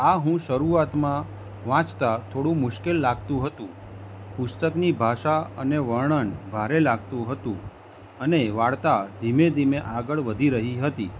આ હું શરૂઆતમાં વાંચતા થોડું મુશ્કેલ લાગતું હતું પુસ્તકની ભાષા અને વર્ણન ભારે લાગતું હતું અને વાર્તા ધીમી ધીમે આગળ વધી રહી હતી